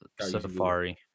Safari